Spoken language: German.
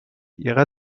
ihrer